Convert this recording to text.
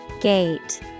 Gate